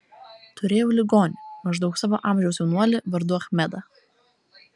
turėjau ligonį maždaug savo amžiaus jaunuolį vardu achmedą